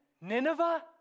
Nineveh